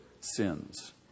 sins